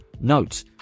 Note